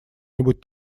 нибудь